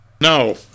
No